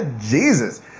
Jesus